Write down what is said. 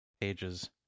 pages